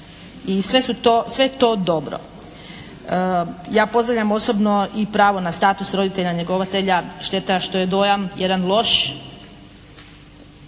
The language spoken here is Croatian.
I sve je to dobro. Ja pozdravljam osobno i pravo na status roditelja njegovatelja. Šteta što je dojam jedan loš